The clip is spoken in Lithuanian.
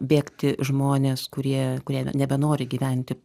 bėgti žmonės kurie kurie nebenori gyventi